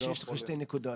הבנתי שיש לך שתי נקודות,